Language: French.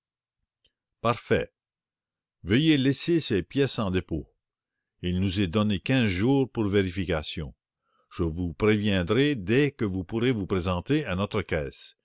veuillez laisser ces pièces en dépôt il nous est donné quinze jours pour vérification je vous préviendrai dès que vous pourrez vous présenter à notre caisse